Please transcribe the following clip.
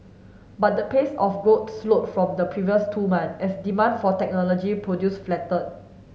but the pace of growth slowed from the previous two month as demand for technology produce flatter